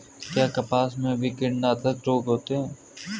क्या कपास में भी कीटनाशक रोग होता है?